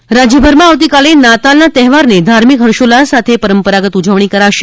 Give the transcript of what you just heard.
Christmas રાજયભરમાં આવતીકાલે નાતાલના તહેવારની ધાર્મિક ફર્ષોઉલ્લાસ સાથે પરંપરાગત ઉજવણી કરાશે